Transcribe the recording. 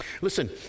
Listen